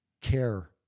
care